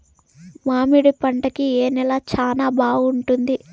మామిడి పంట కి ఏ నేల చానా బాగుంటుంది